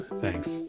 thanks